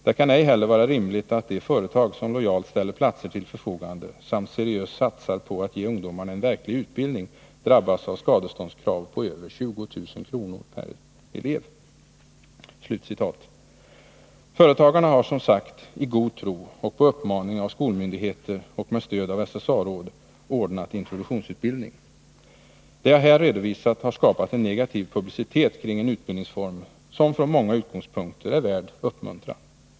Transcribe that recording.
Det kan ej heller vara rimligt att de företag som lojalt ställer platser till förfogande samt seriöst satsar på att ge ungdomarna en verklig utbildning drabbas av skadeståndskrav på över 20 000 kr. per elev. Företagarna har som sagt i god tro och på uppmaning av skolmyndigheter och med stöd av SSA-råd ordnat introduktionsutbildning. Det jag här redovisat har skapat en negativ publicitet kring en utbildningsform som från många utgångspunkter är värd uppmuntran.